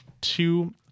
two